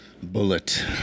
Bullet